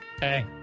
Hey